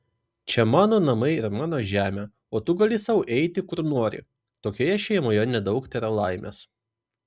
čia mano namai ir mano žemė o tu gali sau eiti kur nori tokioje šeimoje nedaug tėra laimės